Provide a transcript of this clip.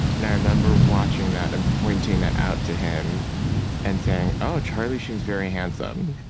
and i remember watching that and pointing that out to him and saying oh, charlie sheen is very handsome.